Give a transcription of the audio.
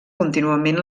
contínuament